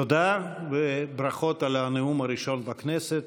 תודה, וברכות על הנאום הראשון בכנסת.